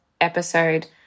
episode